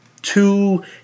Two